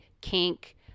kink